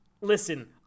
listen